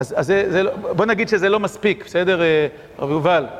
אז זה... בוא נגיד שזה לא מספיק, בסדר, הרב יובל?